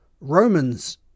Romans